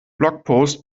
blogpost